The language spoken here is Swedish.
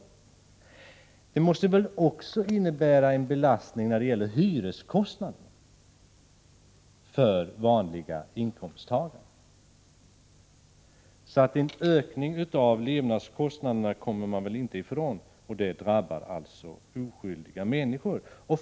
Räntehöjningen måste väl också innebära en belastning när det gäller hyreskostnaderna för vanliga inkomsttagare. En ökning av levnadskostnaderna kommer man väl därför inte ifrån, och det drabbar alltså oskyldiga människor.